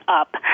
up